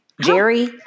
Jerry